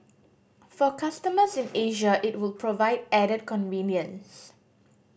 for customers in Asia it would provide added convenience